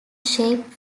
shaped